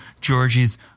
Georgie's